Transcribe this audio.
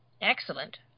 Excellent